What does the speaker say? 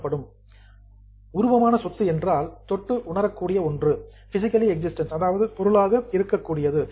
tangible உருவமான சொத்து என்றால் தொட்டு உணரக்கூடிய ஒன்று பிசிகல்லி எக்ஸிஸ்டன்ஸ் பொருளாக இருக்கக்கூடியது